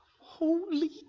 holy